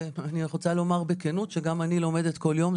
ואני רוצה לומר בכנות שגם אני לומדת כל יום,